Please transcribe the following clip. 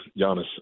Giannis